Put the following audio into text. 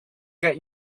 get